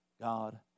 God